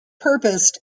purposed